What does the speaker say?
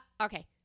Okay